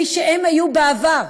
כפי שהם היו בעבר.